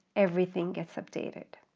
everything gets updated.